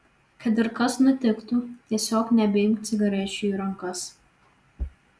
kad ir kas nutiktų tiesiog nebeimk cigarečių į rankas